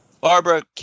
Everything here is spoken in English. Barbara